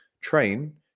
train